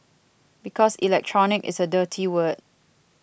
because Electronic is a dirty word